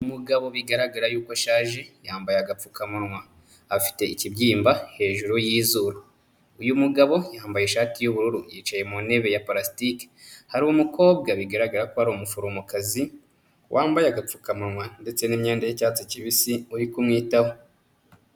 Umugabo bigaragara y'uko ashaje, yambaye agapfukamunwa. Afite ikibyimba hejuru y'izuru. Uyu mugabo yambaye ishati y'ubururu yicaye mu ntebe ya purasitiki. Hari umukobwa bigaragara ko ari umuforomokazi wambaye agapfukamunwa ndetse n'imyenda y'icyatsi kibisi uri kumwitaho.